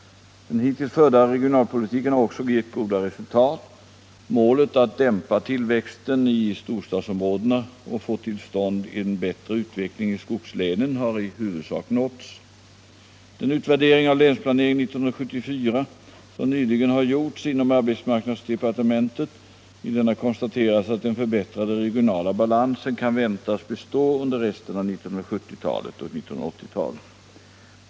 Den hittills förda regionalpolitiken har också gett goda resultat. Målet att dämpa tillväxten i storstadsområdena och att få till stånd en bättre utveckling i skogslänen har i huvudsak nåtts. I den utvärdering av Länsplanering 1974 som nyligen har gjorts inom arbetsmarknadsdepartementet konstateras att den förbättrade regionala balansen kan väntas bestå under resten av 1970-talet och 1980-talet.